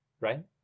right